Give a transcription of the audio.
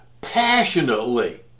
passionately